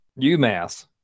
UMass